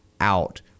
out